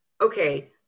Okay